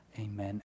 Amen